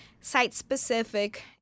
site-specific